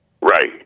right